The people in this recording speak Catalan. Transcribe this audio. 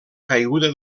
caiguda